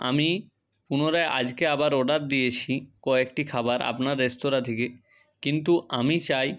আমি পুনরায় আজকে আবার অর্ডার দিয়েছি কয়েকটি খাবার আপনার রেস্তোরাঁ থেকে কিন্তু আমি চাই